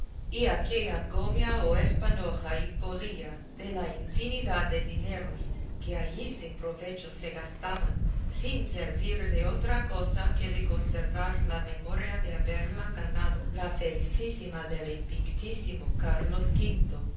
y aquella gomia o esponja y polilla de la infinidad de dineros que allí sin provecho se gastaban sin servir de otra cosa que de conservar la memoria de haberla ganado la felicísima del invictísimo carlos quinto